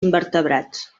invertebrats